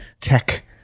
tech